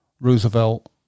Roosevelt